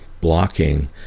blocking